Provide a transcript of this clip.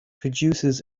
produces